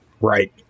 Right